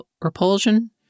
repulsion